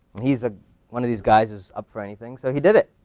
he's ah one of these guys who's up for anything, so he did it.